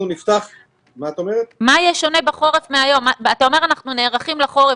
אתה אומר אנחנו נערכים לחורף,